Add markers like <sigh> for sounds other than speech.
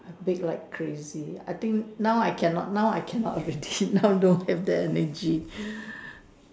I bake like crazy I think now I cannot now I cannot already <noise> now don't have that energy <breath>